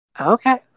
Okay